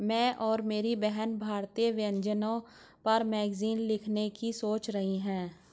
मैं और मेरी बहन भारतीय व्यंजनों पर मैगजीन लिखने की सोच रही है